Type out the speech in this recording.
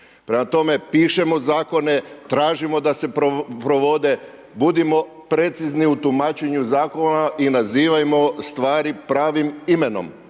Prema tome, pišemo zakone, tražimo da se provode, budimo precizni u tumačenju zakona i nazivamo stvari pravim imenom.